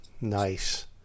Nice